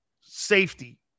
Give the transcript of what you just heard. safety